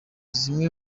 zimwe